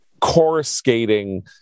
coruscating